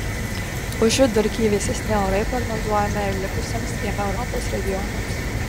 už vidurkį vėsesni orai prognozuojami ir likusiems dviem europos regionams